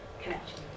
connection